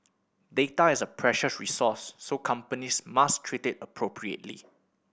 data is a precious resource so companies must treat it appropriately